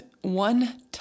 one